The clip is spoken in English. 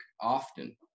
often